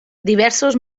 diversos